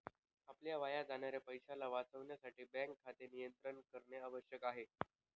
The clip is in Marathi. आपल्या वाया जाणाऱ्या पैशाला वाचविण्यासाठी बँक खाते नियंत्रित करणे आवश्यक आहे